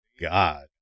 God